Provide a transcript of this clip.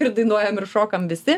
ir dainuojam ir šokam visi